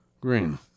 Green